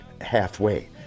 halfway